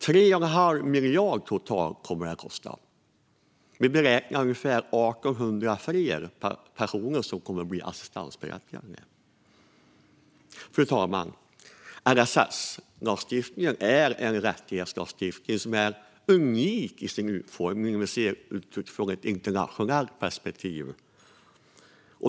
Det kommer totalt att kosta 3 1⁄2 miljard. Vi beräknar att ungefär 1 800 fler personer kommer att bli assistansberättigade. Fru talman! LSS-lagstiftningen är en rättighetslagstiftning som är unik i sin utformning sett ur ett internationellt perspektiv.